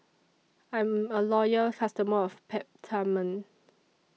I'm A Loyal customer of Peptamen